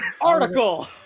article